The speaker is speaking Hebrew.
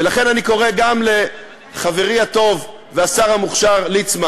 ולכן אני קורא גם לחברי הטוב והשר המוכשר ליצמן